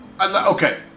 Okay